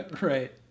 Right